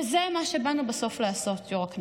וזה מה שבאנו בסוף לעשות, יו"ר הישיבה.